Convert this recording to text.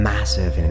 Massive